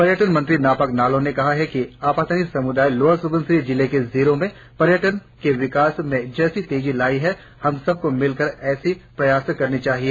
पर्यटन मंत्री नापाक नालोह ने कहा कि आपानी समुदाय लोअर सुबनसिरी जिलें के जीरो में पर्यटन विकास में जैसी तेजी लायी है हम सभी को मिलकर ऐसे प्रयास करने चाहिए